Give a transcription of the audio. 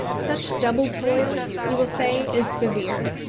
such double toil, you will say, is severe.